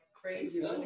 crazy